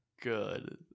good